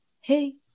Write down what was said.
hey